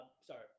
Sorry